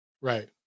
Right